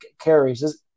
carries